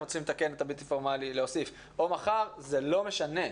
רוצים להוסיף את הבלתי פורמלי או מחר זה לא משנה,